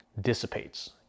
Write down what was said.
dissipates